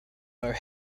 our